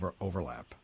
overlap